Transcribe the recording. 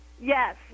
yes